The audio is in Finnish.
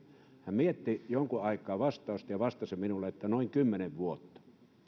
mietti jonkun aikaa vastausta ja vastasi minulle että noin kymmenen vuotta